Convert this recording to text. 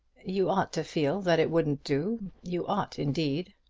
you ought to feel that it wouldn't do you ought indeed.